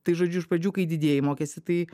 tai žodžiu iš pradžių kai didieji mokėsi tai